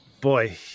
boy